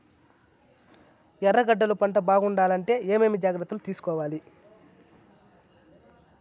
ఎర్రగడ్డలు పంట బాగుండాలంటే ఏమేమి జాగ్రత్తలు తీసుకొవాలి?